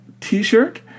t-shirt